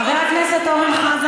חבר הכנסת אמיר אוחנה,